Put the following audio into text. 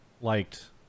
liked